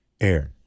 Aaron